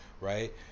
right